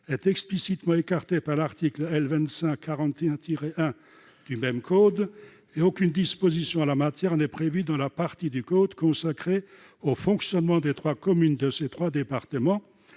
est explicitement écartée par l'article L. 2541-1 du même code, et aucune disposition en la matière n'est prévue dans la partie du code consacrée au fonctionnement des communes de ces trois départements,